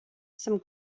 some